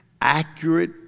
accurate